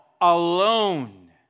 alone